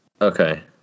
Okay